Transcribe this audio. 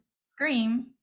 scream